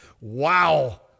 wow